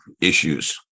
issues